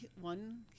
one